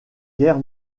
guerre